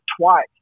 twice